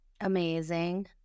Amazing